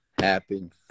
happen